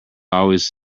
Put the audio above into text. always